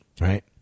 Right